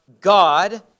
God